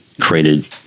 created